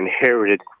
inherited